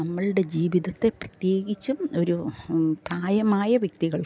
നമ്മളുടെ ജീവിതത്തെ പ്രത്യേകിച്ചും ഒരു പ്രായമായ വ്യക്തികൾക്ക്